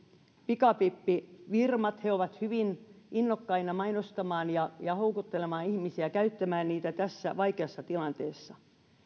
pikavippifirmat ne ovat hyvin innokkaina mainostamaan ja ja houkuttelemaan ihmisiä käyttämään niitä tässä vaikeassa tilanteessa